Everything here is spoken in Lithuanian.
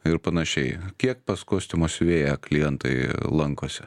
ir panašiai kiek pas kostiumo siuvėją klientai lankosi